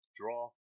draw